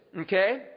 Okay